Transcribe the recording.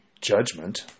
judgment